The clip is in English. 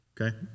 Okay